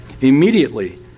Immediately